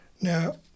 Now